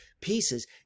pieces